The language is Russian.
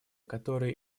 которые